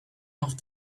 off